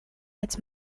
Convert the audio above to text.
als